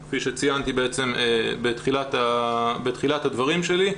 כפי שציינתי בתחילת הדברים שלי,